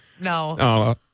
No